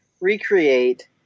recreate